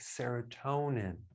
serotonin